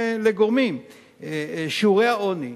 לגורמים: שיעורי העוני,